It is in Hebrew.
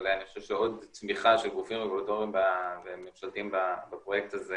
אבל אני חושב שעוד תמיכה של גופים רגולטוריים וממשלתיים בפרויקט הזה